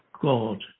god